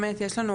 באמת יש,